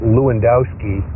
Lewandowski